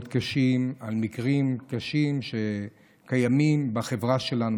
קשים על מקרים קשים שקיימים בחברה שלנו,